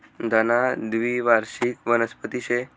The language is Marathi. धना द्वीवार्षिक वनस्पती शे